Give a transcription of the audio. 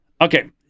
okay